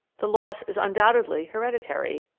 the loss is undoubtedly hereditary,